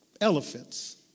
elephants